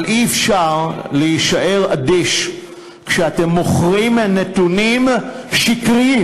אבל אי-אפשר להישאר אדיש כשאתם מוכרים נתונים שקריים.